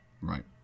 Right